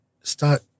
start –